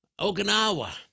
Okinawa